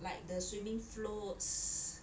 like the swimming floats